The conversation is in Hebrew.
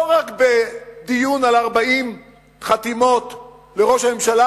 לא רק בדיון של 40 חתימות לראש הממשלה,